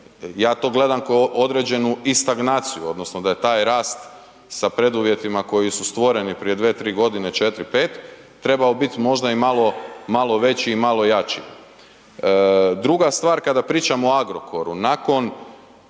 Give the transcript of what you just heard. ja to gledam ko određenu i stagnaciju odnosno da je taj rast sa preduvjetima koji su stvoreni prije 2-3.g. 4-5, trebao bit možda i malo, malo veći i malo jači. Druga stvar kada pričamo o Agrokoru, nakon